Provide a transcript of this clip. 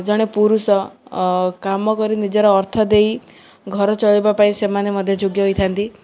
ଜଣେ ପୁରୁଷ କାମ କରି ନିଜର ଅର୍ଥ ଦେଇ ଘର ଚଳିବା ପାଇଁ ସେମାନେ ମଧ୍ୟ ଯୋଗ୍ୟ ହୋଇଥାନ୍ତି